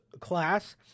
class